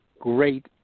great